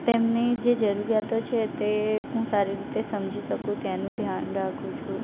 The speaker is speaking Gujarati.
તેમની જે જરૂરિયાતો છે તે હું સારી રીતે સમજી શકું તેનું ધ્યાન રાખું છું